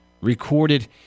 recorded